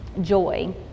joy